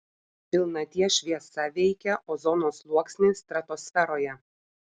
pilnaties šviesa veikia ozono sluoksnį stratosferoje